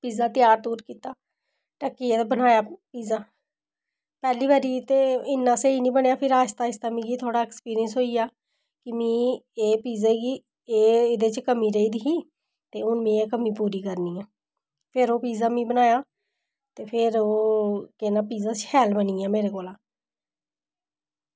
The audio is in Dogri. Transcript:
पिज्जा त्यार कीता ढक्कियै बनाया पिज्जा पैह्ली बारी ते इन्ना स्हेई निं बनेआ पर आस्ता आस्ता मिगी एक्सपीरियंस आई गेआ ते में एह् पिज्जे च एह् कमीं रेही दी ही ते हून में एह् कमीं पूरी करनी ऐ फिर ओह् पिज्जा में बनाया ते फिर केह् पिज्जा शैल बनी आ मेरे कोला